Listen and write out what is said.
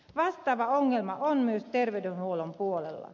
vastaava ongelma on myös terveydenhuollon puolella